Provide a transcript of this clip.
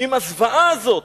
עם הזוועה הזאת.